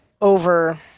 over